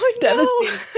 devastating